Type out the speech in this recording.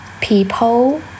people